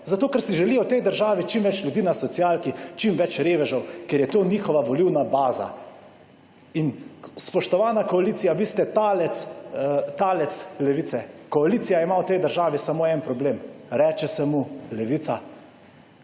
Zato ker si želijo v tej državi čim več ljudi na socialki, čim več revežev, ker je to njihova volilna baza. In spoštovana koalicija, vi ste talec Levice. Koalicija ima v tej državi samo en problem, reče se mu Levica.